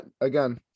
again